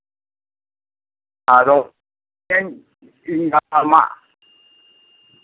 ᱟᱫᱚ ᱤᱧ ᱤᱧ ᱜᱟᱯᱟ ᱢᱟ